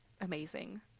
amazing